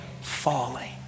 falling